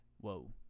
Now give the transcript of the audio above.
whoa